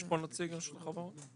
יש פה נציג של רשות החברות?